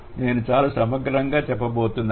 నేను చాలా సమగ్రంగా చెప్పబోతున్నాను